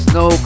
no